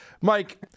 Mike